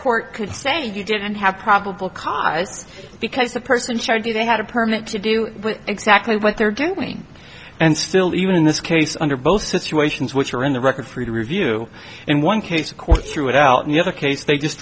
court could say you didn't have probable cause because the person charged you they had a permit to do exactly what they're doing and still even in this case under both situations which are in the record for you to review in one case the courts threw it out and the other case they just